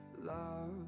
love